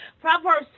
Proverbs